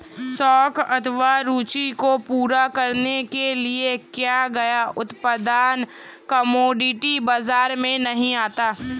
शौक अथवा रूचि को पूरा करने के लिए किया गया उत्पादन कमोडिटी बाजार में नहीं आता